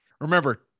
remember